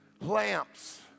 lamps